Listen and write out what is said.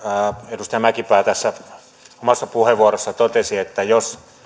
edustaja mäkipää tässä omassa puheenvuorossaan totesi että jos